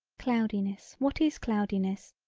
cloudiness what is cloudiness,